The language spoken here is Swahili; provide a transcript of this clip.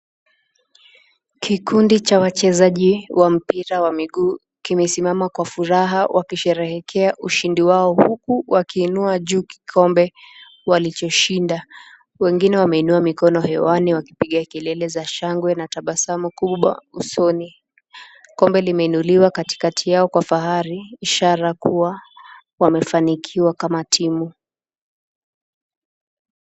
Kikundi cha wachezaji wa mpira wa miguu kimesimama kwa furaha wakisherehekea ushindi wao huku wakiinua juu kikombe walichoshinda. Wengine wameinua mikono hewani wakipiga kelele za shangwe na tabasamu kubwa usoni. Kombe limeinuliwa katikati yao kwa fahari, ishara kuwa wamefanikiwa kama timu.